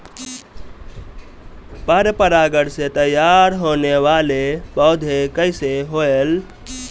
पर परागण से तेयार होने वले पौधे कइसे होएल?